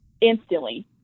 instantly